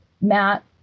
Matt